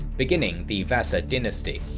beginning the vasa dynasty.